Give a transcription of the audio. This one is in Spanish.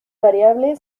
variable